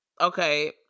Okay